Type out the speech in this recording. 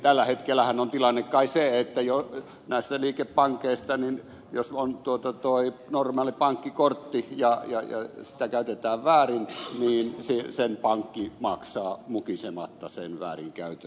tällä hetkellähän on tilanne kai se että jos näistä liikepankeista on normaali pankkikortti ja sitä käytetään väärin niin pankki maksaa mukisematta sen väärinkäytön